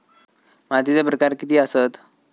मातीचे प्रकार किती आसत?